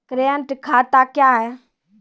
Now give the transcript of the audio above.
Current खाता क्या हैं?